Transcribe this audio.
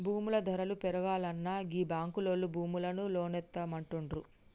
భూముల ధరలు పెరుగాల్ననా గీ బాంకులోల్లు భూములకు లోన్లిత్తమంటుండ్రు